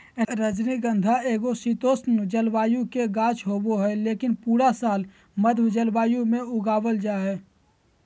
रजनीगंधा एगो शीतोष्ण जलवायु के गाछ होबा हय, लेकिन पूरा साल मध्यम जलवायु मे उगावल जा हय